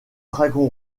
dragon